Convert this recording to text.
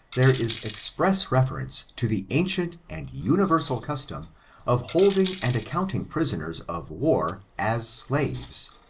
there is express reference to the ancient and universal custom of holding and accounting prisoners of war as slaves.